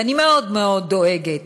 ואני מאוד מאוד דואגת